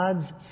God's